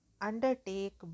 undertake